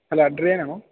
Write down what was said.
hello Adrian ആണോ